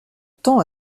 temps